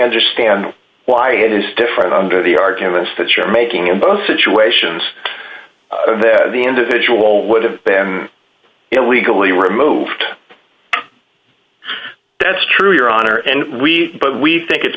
understand why it is different under the arguments that you're making in both situations that the individual would have been illegally removed that's true your honor and we but we think it's